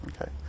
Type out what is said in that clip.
Okay